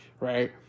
right